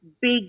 big